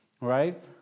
right